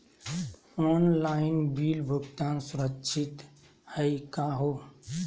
Online bill भुगतान सुरक्षित हई का हो?